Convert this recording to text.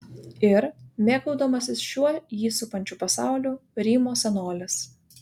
ir mėgaudamasis šiuo jį supančiu pasauliu rymo senolis